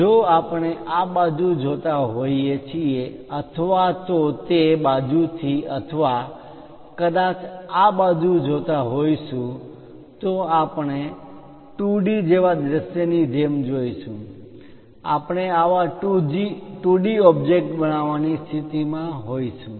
જો આપણે આ બાજુ જોતા હોઈએ છીએ અથવા તો તે બાજુથી અથવા કદાચ આ બાજુ જોતા હોઈશું તો આપણે 2D જેવા દૃશ્યની જેમ જોઈશું આપણે આવા 2D ઓબ્જેક્ટ બનાવવાની સ્થિતિમાં હોઈશું